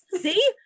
See